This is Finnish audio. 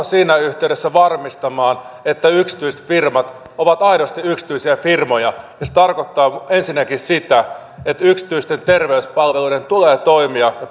siinä yhteydessä varmistamaan että yksityiset firmat ovat aidosti yksityisiä firmoja se tarkoittaa ensinnäkin sitä että yksityisten terveyspalveluiden tulee toimia